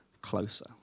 closer